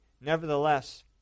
Nevertheless